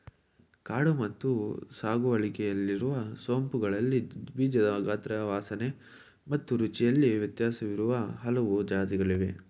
ಕಾಡು ಮತ್ತು ಸಾಗುವಳಿಯಲ್ಲಿರುವ ಸೋಂಪುಗಳಲ್ಲಿ ಬೀಜದ ಗಾತ್ರ ವಾಸನೆ ಮತ್ತು ರುಚಿಯಲ್ಲಿ ವ್ಯತ್ಯಾಸವಿರುವ ಹಲವು ಜಾತಿಗಳಿದೆ